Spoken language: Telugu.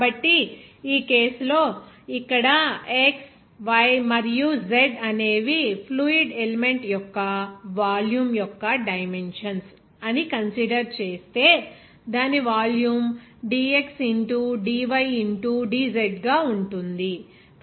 కాబట్టి ఈ కేసు లో ఇక్కడ x y మరియు z అనేవి ఫ్లూయిడ్ ఎలిమెంట్ యొక్క వాల్యూమ్ యొక్క డైమెన్షన్స్ అని కన్సిడర్ చేస్తే దాని volume dx into dy into dz ఉంటుంది